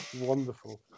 Wonderful